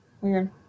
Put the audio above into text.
Weird